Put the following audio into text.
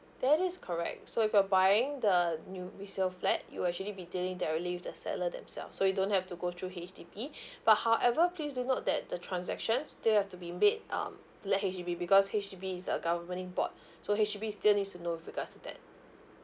that is correct so if you're buying the new resale flat you will actually be dealing directly with the seller themselves so you don't have to go through H_D_B but however please do note that the transaction still have to be made um to let H_D_B because H_D_B is the governing board so H_D_B still needs to know with regards to that